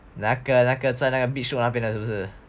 那个那个在那个 beach road 那边是不是